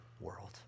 world